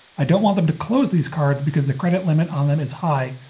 i don't want them to close these cards because the credit limit on them is high.